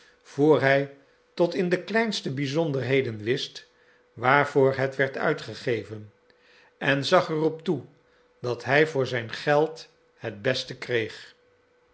voor hij tot in de kleinste bizonderheden wist waarvoor het werd uitgegeven en zag er op toe dat hij voor zijn geld het beste kreeg